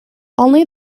only